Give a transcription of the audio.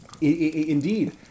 Indeed